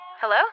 Hello